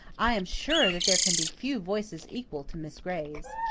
i am sure that there can be few voices equal to miss gray's.